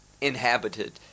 inhabited